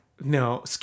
No